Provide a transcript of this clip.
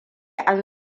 an